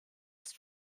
ist